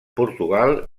portugal